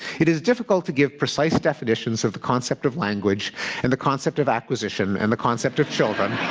it is difficult to give precise definitions of the concept of language and the concept of acquisition and the concept of children.